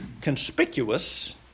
conspicuous